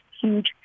huge